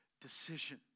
decision